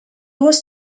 was